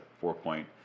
four-point